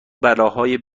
بلاهای